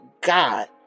God